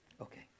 Okay